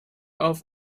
auf